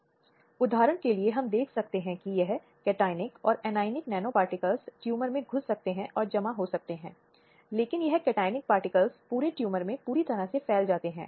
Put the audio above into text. अब बलात्कार का अपराध इसलिए हालांकि शरीर के खिलाफ अपराध के रूप में सूचीबद्ध है लेकिन अनिवार्य रूप से यह एक व्यक्ति की अखंडता के खिलाफ जाता है